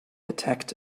attacked